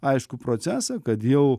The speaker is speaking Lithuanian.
aiškų procesą kad jau